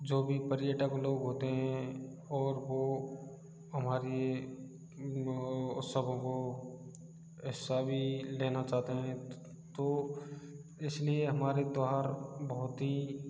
जो भी पर्यटक लोग होते हैं और वो हमारी वो सब ऐसा भी लेना चाहते हैं तो इस लिए हमारे त्यौहार बहुत ही